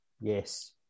Yes